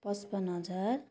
पचपन्न हजार